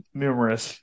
numerous